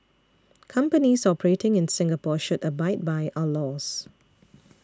companies operating in Singapore should abide by our laws